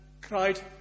cried